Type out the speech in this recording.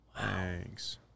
Thanks